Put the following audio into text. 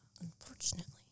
unfortunately